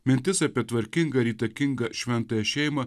mintis apie tvarkingą ir įtakingą šventąją šeimą